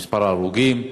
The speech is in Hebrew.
במספר ההרוגים.